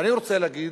ואני רוצה להגיד,